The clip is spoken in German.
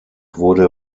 wurde